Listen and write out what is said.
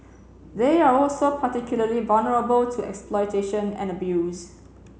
they are also particularly vulnerable to exploitation and abuse